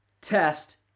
Test